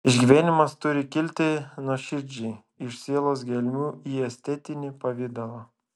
išgyvenimas turi kilti nuoširdžiai iš sielos gelmių į estetinį pavidalą